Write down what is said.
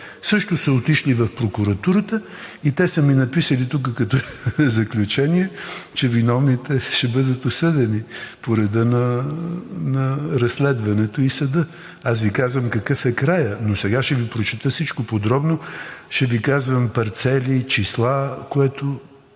също са отишли в прокуратурата, и те са ми написали тук като заключение, че виновните ще бъдат осъдени по реда на разследването и съда. Аз Ви казвам какъв е краят, но сега ще Ви прочета всичко подробно, ще Ви казвам парцели, числа, което